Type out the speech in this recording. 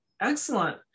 excellent